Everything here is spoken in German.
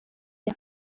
der